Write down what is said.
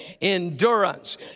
Endurance